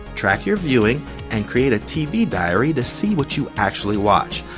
track your viewing and create a tv diary to see what you actually watch.